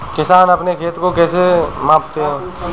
किसान अपने खेत को किससे मापते हैं?